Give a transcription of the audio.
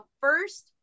first